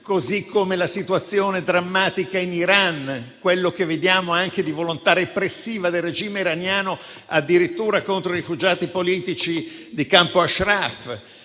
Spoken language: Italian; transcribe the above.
o alla situazione drammatica in Iran, a quello che vediamo di volontà repressiva da parte del regime iraniano addirittura contro i rifugiati politici di campo Ashraf.